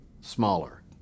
smaller